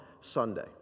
Sunday